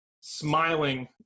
smiling